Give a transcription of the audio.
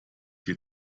die